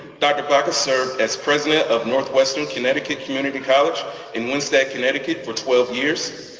dr. baccus served as president of northwestern connecticut community college in winsted connecticut for twelve years.